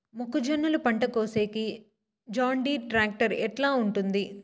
మొక్కజొన్నలు పంట కోసేకి జాన్డీర్ టాక్టర్ ఎట్లా ఉంటుంది?